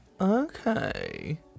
Okay